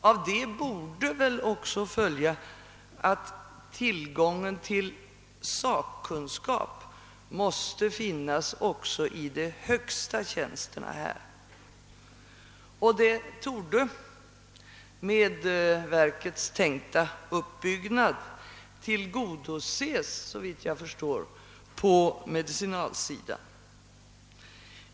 Av det borde väl också följa att tillgången till sakkunskap måste finnas också i de högsta tjänsterna här. Det torde, såvitt jag förstår, med verkets tänkta uppbyggnad tillgodoses på medicinalsidan.